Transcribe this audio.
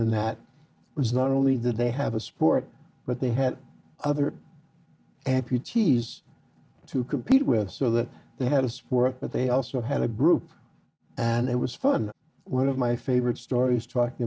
important and that was not only did they have a sport but they had other amputees to compete with so that they had a sport but they also had a group and it was fun one of my favorite stories talking